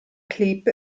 clip